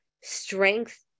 strength